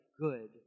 good